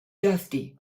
dusty